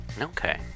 Okay